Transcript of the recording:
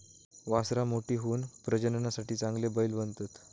वासरां मोठी होऊन प्रजननासाठी चांगले बैल बनतत